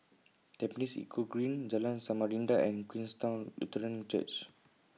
Tampines Eco Green Jalan Samarinda and Queenstown Lutheran Church